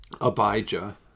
Abijah